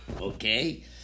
Okay